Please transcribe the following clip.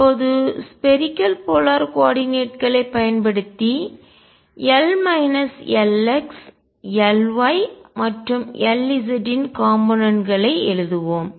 இப்போது spherical polar கோள துருவ கோஆர்டினேட் களை பயன்படுத்தி L Lx Ly மற்றும் Lzன் காம்போனென்ட் கூறு களை எழுதுவோம்